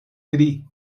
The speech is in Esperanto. tri